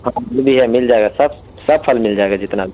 بھی ہے مل جائے گا سب سب پھل مل جائے گا جتنا بھی